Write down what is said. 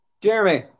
Jeremy